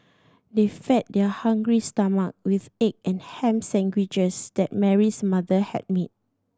they fed their hungry stomach with egg and ham sandwiches that Mary's mother had made